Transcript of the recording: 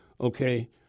okay